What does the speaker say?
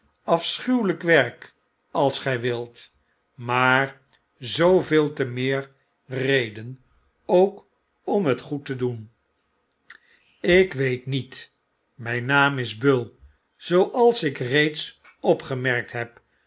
werk als gg wilt maar zooveel te meer reden ook om het goed te doen ik weet niet mjjn naam is bull zooals ik reeds opgemerkt heb